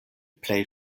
plej